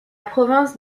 province